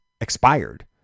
expired